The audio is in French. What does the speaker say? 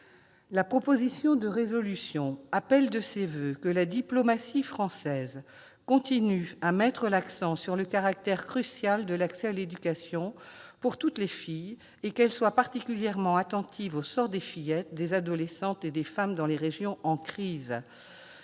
La proposition de résolution appelle de ses voeux que la diplomatie française continue à mettre l'accent sur le caractère crucial de l'accès à l'éducation pour toutes les filles, et qu'elle soit particulièrement attentive au sort des fillettes, des adolescentes et des femmes dans les régions en crise.